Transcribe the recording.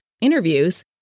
interviews